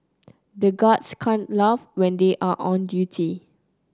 the guards can't laugh when they are on duty